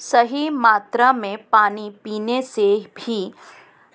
सही मात्रा में पानी पीने से भी